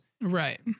right